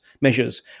measures